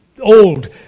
Old